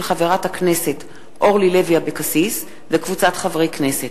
של חברת הכנסת אורלי לוי אבקסיס וקבוצת חברי הכנסת,